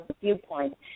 viewpoint